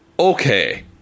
Okay